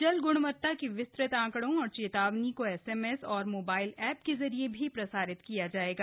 जल ग्णवत्ता के विस्तृत आंकड़ों और चेतावनी को एसएमएस और मोबाइल ऐप के जरिए भी प्रसारित की जायेगी